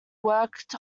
worked